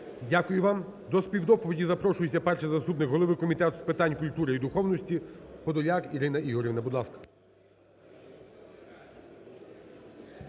Дякую вам. До співдоповіді запрошується перший заступний голови Комітету з питань культури і духовності Подоляк Ірина Ігорівна. Будь ласка.